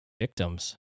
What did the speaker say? victims